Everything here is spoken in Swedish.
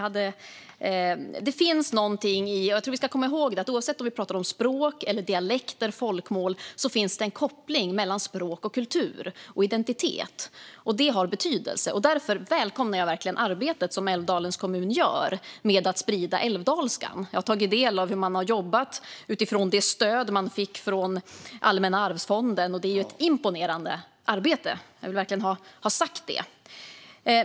Jag tror att vi ska komma ihåg att oavsett om vi pratar om språk, dialekter eller folkmål finns det en koppling mellan språk, kultur och identitet. Det har betydelse, och därför välkomnar jag verkligen det arbete som Älvdalens kommun gör för att sprida älvdalskan. Jag har tagit del av hur man har jobbat utifrån det stöd man fått från Allmänna arvsfonden, och det är ett imponerande arbete. Detta vill jag verkligen ha sagt.